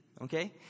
okay